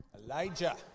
Elijah